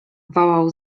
wołał